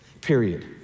Period